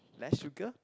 less sugar